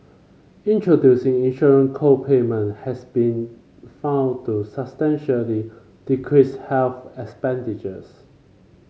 introducing insurance co payment has been found to substantially decrease health expenditures